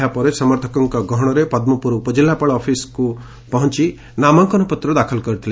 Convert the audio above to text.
ଏହାପରେ ସମ୍ଥକଙ୍କ ଗହଶରେ ପଦ୍ମପୁର ଉପକିଲ୍ଲାପାଳ ଅଫିସକୁ ପହଂଚି ନାମାଙ୍କନପତ୍ର ଦାଖଲ କରିଥିଲେ